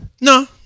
No